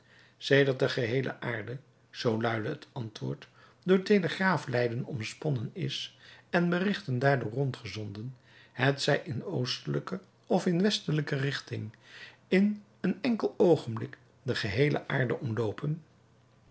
sedert de geheele aarde zoo luidde het antwoord door telegraaflijnen omsponnen is en berichten daardoor rondgezonden hetzij in oostelijke of in westelijke richting in een enkel oogenblik de geheele aarde omloopen